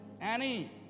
Annie